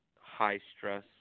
high-stress